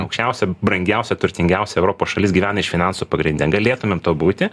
aukščiausia brangiausia turtingiausia europos šalis gyvena iš finansų pagrinde galėtumėm tuo būti